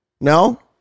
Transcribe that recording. No